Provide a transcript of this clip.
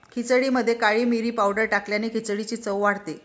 खिचडीमध्ये काळी मिरी पावडर टाकल्याने खिचडीची चव वाढते